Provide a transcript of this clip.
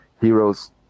Heroes